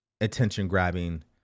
attention-grabbing